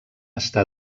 està